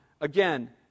again